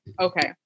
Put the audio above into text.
Okay